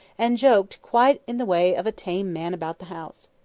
and joked quite in the way of a tame man about the house.